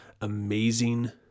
amazing